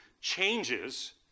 changes